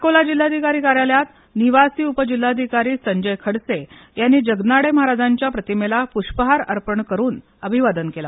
अकोला जिल्हाधिकारी कार्यालयात निवासी उपजिल्हाधिकारी संजय खडसे यांनी जगनाडे महाराजांच्या प्रतिमेला पुष्पहार अर्पण करून अभिवादन केलं